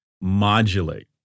modulate